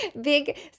big